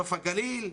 בנוף הגליל.